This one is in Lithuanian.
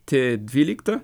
tie dvylikta